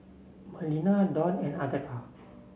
Melina Dawne and Agatha